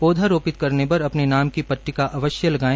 पौधा रोपित करने पर अपनी नाम की पट्टिका अवश्य लगाए